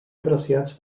apreciats